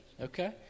Okay